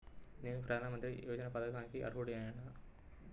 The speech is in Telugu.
నేను ప్రధాని మంత్రి యోజన పథకానికి అర్హుడ నేన?